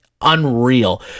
unreal